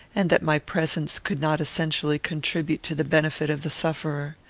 and that my presence could not essentially contribute to the benefit of the sufferer.